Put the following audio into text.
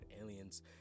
aliens